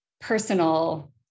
personal